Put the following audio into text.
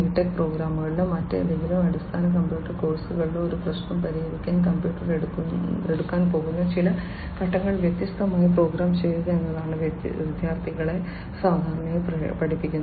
tech പ്രോഗ്രാമിലോ മറ്റെന്തെങ്കിലും അടിസ്ഥാന കമ്പ്യൂട്ടർ കോഴ്സുകളിലോ ഒരു പ്രശ്നം പരിഹരിക്കാൻ കമ്പ്യൂട്ടർ എടുക്കാൻ പോകുന്ന ചില ഘട്ടങ്ങൾ വ്യക്തമായി പ്രോഗ്രാം ചെയ്യുക എന്നതാണ് വിദ്യാർത്ഥികളെ സാധാരണയായി പഠിപ്പിക്കുന്നത്